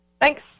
Thanks